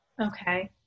Okay